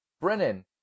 Brennan